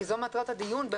כי זו מטרת הדיון,